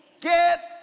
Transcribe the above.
Get